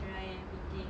cerai everything